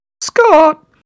Scott